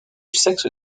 sexe